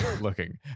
looking